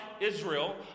Israel